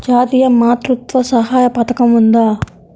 జాతీయ మాతృత్వ సహాయ పథకం ఉందా?